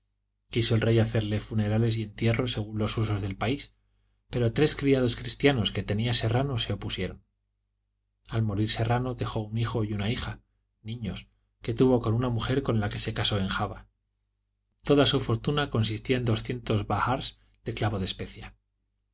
quiso el rey hacerle funerales y entierro según los usos del país pero tres criados cristianos que tenía serrano se opusieron al morir serrano dejó un hijo y una hija niños que tuvo con una mujer con la que se casó en java toda su fortuna consistía en doscientos bahars de clavos de especia